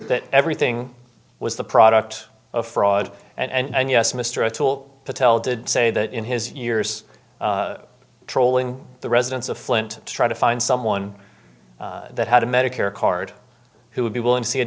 that everything was the product of fraud and yes mr o'toole patel did say that in his years trolling the residents of flint to try to find someone that had a medicare card who would be willing to see a